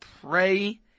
pray